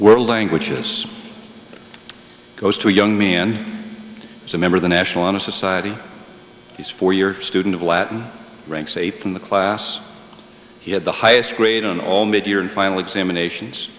were languages goes to a young man is a member of the national honor society he's four year student of latin ranks eighth in the class he had the highest grade on all mid year and final examinations